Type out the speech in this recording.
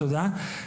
תודה.